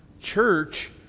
church